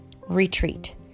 retreat